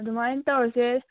ꯑꯗꯨꯃꯥꯏꯅ ꯇꯧꯔꯁꯦ